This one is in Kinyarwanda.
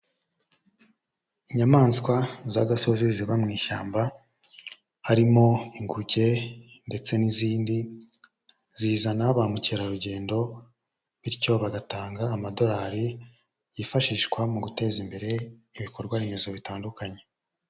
Inyamaswa z'agasozi ziba mu ishyamba harimo inguge ndetse n'izindi, zizana ba mukerarugendo bityo bagatanga amadorari yifashishwa mu guteza imbere ibikorwa remezo bitandukanye.